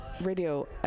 Radio